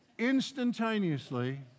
instantaneously